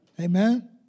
Amen